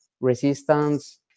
resistance